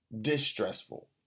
distressful